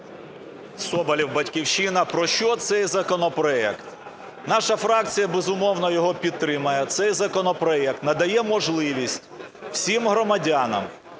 Соболєв, "Батьківщина". Про що цей законопроект? Наша фракція, безумовно, його підтримає. Цей законопроект надає можливість всім громадянам,